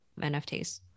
NFTs